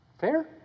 Fair